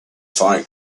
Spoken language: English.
fight